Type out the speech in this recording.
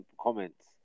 comments